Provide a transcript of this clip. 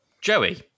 Joey